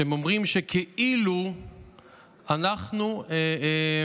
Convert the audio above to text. הם אומרים שאנחנו כאילו